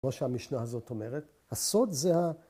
‫כמו שהמשנה הזאת אומרת, ‫הסוד זה ה...